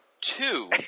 two